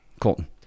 Colton